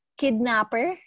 kidnapper